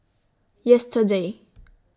yesterday